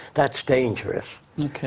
that's dangerous.